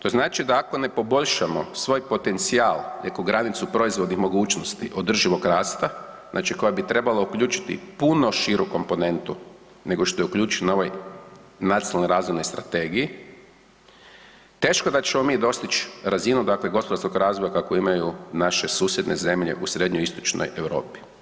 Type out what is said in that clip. To znači da ako ne poboljšamo svoj potencijal, neku granicu proizvodi i mogućnosti održivog rasta, znači koja bi trebala uključiti puno širu komponentu nego što je uključena na ovoj Nacionalnoj razvojnoj strategiji, teško da ćemo mi dostić razinu dakle gospodarskog razvoja kakvu imaju naše susjedne zemlje u Srednjoistočnoj Europi.